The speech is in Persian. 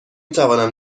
توانم